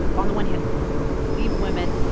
on the one hand, we want to believe women.